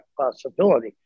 possibility